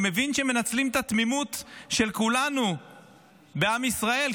אני מבין שמנצלים את התמימות של כולנו בעם ישראל,